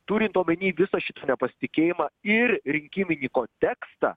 turint omeny visą šį nepasitikėjimą ir rinkiminį kontekstą